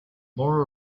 more